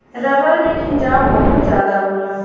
rubber में खिंचाव बहुत जादा होला